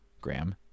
gram